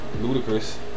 Ludicrous